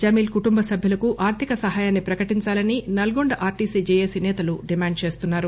జమీల్ కుటుంబసభ్యులకు ఆర్దిక సహాయాన్ని ప్రకటించాలని నల్గొండ ఆర్టీసీ జేఏసీ సేతలు డిమాండ్ చేస్తున్నారు